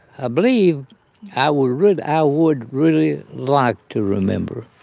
ah believe i would really ah would really like to remember.